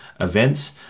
events